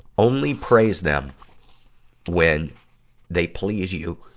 only praise them when they please you